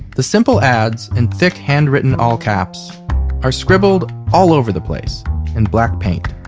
the simple ads in thick handwritten all caps are scribbled all over the place in black paint.